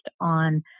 on